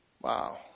Wow